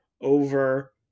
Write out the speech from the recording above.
over